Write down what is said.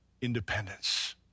independence